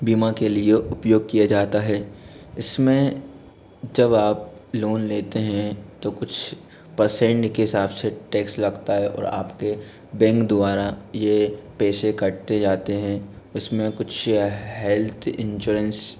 बीमा के लिए उपयोग किया जाता है इसमें जब आप लोन लेते हैं तो कुछ परसेंट के हिसाब से टैक्स लगता है और आपके बैंक द्वारा ये पैसे कटते जाते हैं उसमें कुछ हेल्थ इंश्योरेंस